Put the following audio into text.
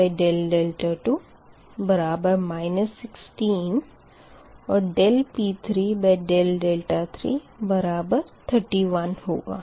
dP3d2 बराबर 16 और dP3d3 बराबर 31 होगा